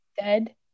dead